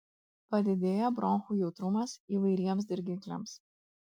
padidėja bronchų jautrumas įvairiems dirgikliams